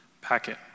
packet